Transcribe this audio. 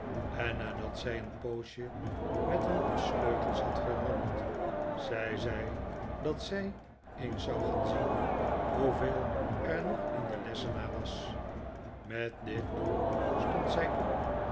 en nadat zij een poosje met een bos sleutels had gerammeld zei zij dat zij eens zou gaan zien hoeveel er nog in den lessenaar was met dit doel stond zij op